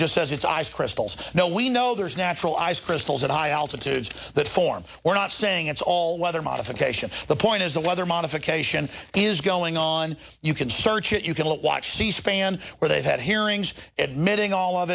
just says it's ice crystals no we know there's natural ice crystals at high altitudes that form we're not saying it's all weather modification the point is the weather modification is going on you can search it you can watch c span where they've had hearings admitting all of